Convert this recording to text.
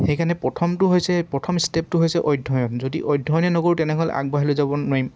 সেইকাৰণে প্ৰথমটো হৈছে প্ৰথম ষ্টেপটো হৈছে অধ্যয়ন যদি অধ্যয়নে নকৰোঁ তেনেহ'লে আগবাঢ়ি যাব নোৱাৰিম